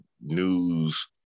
news